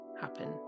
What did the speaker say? happen